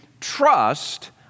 trust